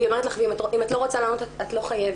והיא אומרת לך, אם את לא רוצה לענות, את לא חייבת,